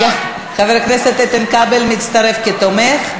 חבר הכנסת איתן כבל מצטרף כתומך,